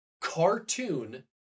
Cartoon